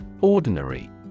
Ordinary